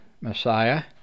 Messiah